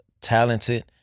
talented